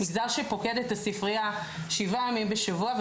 מגזר שפוקד את הספרייה שבעה ימים בשבוע,